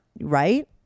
right